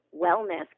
wellness